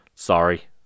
Sorry